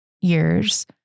years